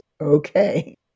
okay